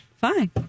fine